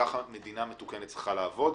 וכך מדינה מתוקנת צריכה לעבוד.